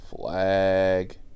Flag